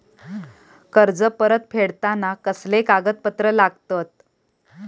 कर्ज परत फेडताना कसले कागदपत्र लागतत?